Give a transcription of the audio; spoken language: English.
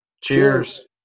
Cheers